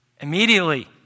immediately